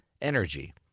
energy